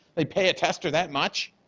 they pay a tester that much?